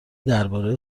درباره